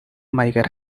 маягаар